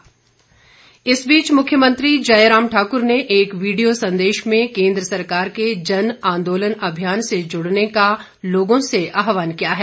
मुख्यमंत्री इस बीच मुख्यमंत्री जयराम ठाकुर ने एक वीडियो संदेश में केंद्र सरकार के जन आंदोलन अभियान से जुड़ने का लोगों से आहवान किया है